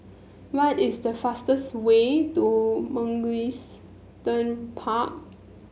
what is the fastest way to Mugliston Park